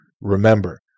remember